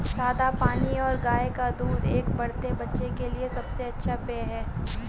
सादा पानी और गाय का दूध एक बढ़ते बच्चे के लिए सबसे अच्छा पेय हैं